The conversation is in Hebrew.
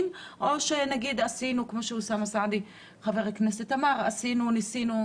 או שנגיד שעשינו כמו שחבר הכנסת אוסאמה סעדי אמר ניסינו